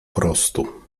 prostu